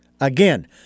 again